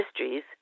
mysteries